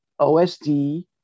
OSD